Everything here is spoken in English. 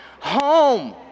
home